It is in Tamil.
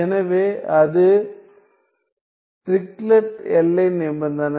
எனவே அது டிரிக்லெட் எல்லை நிபந்தனை